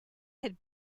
had